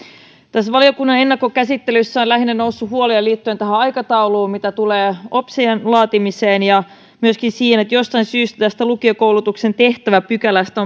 tässä valiokunnan ennakkokäsittelyssä on lähinnä noussut huolia liittyen tuohon aikatauluun mitä tulee opsien laatimiseen ja myöskin siihen että jostain syystä tästä lukiokoulutuksen tehtäväpykälästä